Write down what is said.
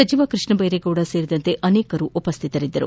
ಸಚಿವ ಕೃಷ್ಣ ಬೈರೇಗೌಡ ಸೇರಿದಂತೆ ಅನೇಕರು ಉಪಸ್ಕಿತರಿದ್ದರು